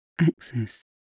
access